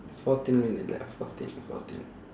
fourteen minute left fourteen fourteen